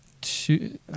two